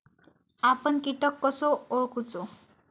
आपन कीटक कसो ओळखूचो?